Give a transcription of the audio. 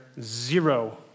zero